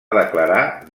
declarar